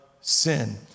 sin